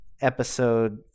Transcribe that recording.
episode